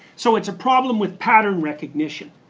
so it's a problem with pattern recognition.